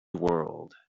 world